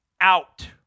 Out